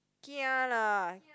kia lah